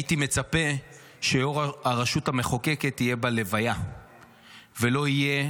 הייתי מצפה שראש הרשות המחוקקת יהיה בלוויה ולא יהיה